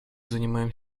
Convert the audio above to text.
занимаем